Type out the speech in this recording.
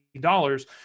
dollars